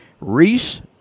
reese